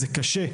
וזה קשה.